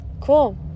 Cool